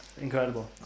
incredible